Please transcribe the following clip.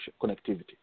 connectivity